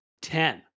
ten